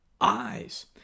eyes